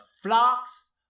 flocks